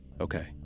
Okay